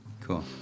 cool